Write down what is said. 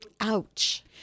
Ouch